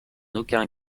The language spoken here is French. aucun